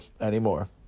anymore